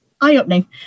eye-opening